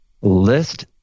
list